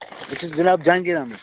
بہٕ چھُس جناب جہانگیر احمد